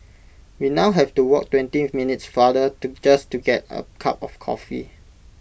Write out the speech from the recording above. we now have to walk twenty minutes farther to just to get A cup of coffee